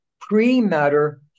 pre-matter